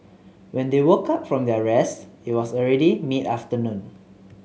when they woke up from their rest it was already mid afternoon